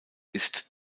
ist